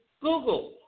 Google